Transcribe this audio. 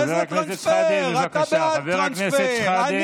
טרנספר, חבר הכנסת שחאדה, בבקשה.